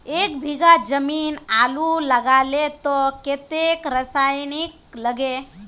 एक बीघा जमीन आलू लगाले तो कतेक रासायनिक लगे?